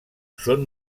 són